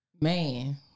Man